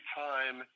time